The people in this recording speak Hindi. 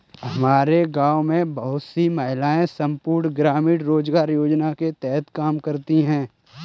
हमारे गांव में बहुत सी महिलाएं संपूर्ण ग्रामीण रोजगार योजना के तहत काम करती हैं